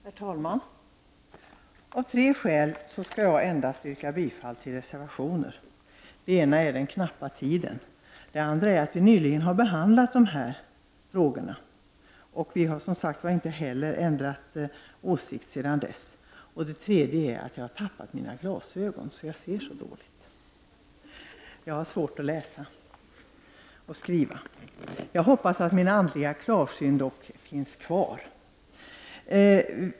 Herr talman! Av tre skäl skall jag endast yrka bifall till reservationer. Det första är den knappa tiden. Det andra är att vi nyligen har behandlat dessa frågor. Vi har, som sagt, inte heller ändrat åsikt sedan dess. Det tredje skälet är att jag har tappat mina glasögon och därför ser dåligt. Jag har svårt att både läsa och skriva. Jag hoppas dock att min andliga klarsyn finns kvar.